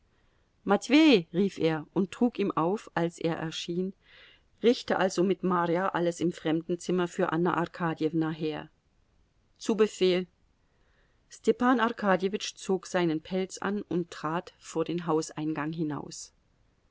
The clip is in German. matwei rief er und trug ihm auf als er erschien richte also mit marja alles im fremdenzimmer für anna arkadjewna her zu befehl stepan arkadjewitsch zog seinen pelz an und trat vor den hauseingang hinaus